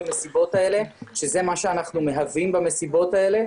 זה מה שאנחנו מהווים במסיבות האלה,